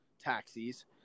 taxis